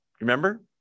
Remember